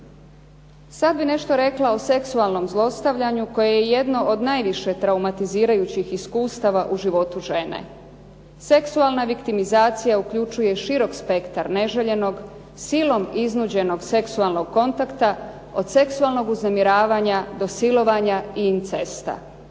Sad bi nešto rekla o seksualnom zlostavljanju koje je jedno od najviše traumatizirajućih iskustava u životu žene. Seksualna viktimizacija uključuje širok spektar neželjenog, silom iznuđenog seksualnog kontakta, od seksualnog uznemiravanja do silovanja i incesta.